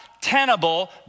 tenable